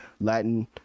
latin